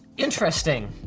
interesting.